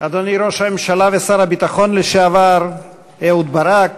אדוני ראש הממשלה ושר הביטחון לשעבר אהוד ברק,